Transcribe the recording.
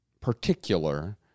particular